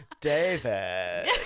David